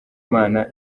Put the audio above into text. imana